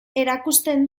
erakusten